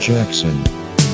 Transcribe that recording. Jackson